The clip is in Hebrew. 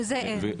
וזה אין?